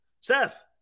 Seth